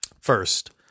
First